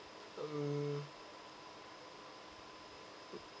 hmm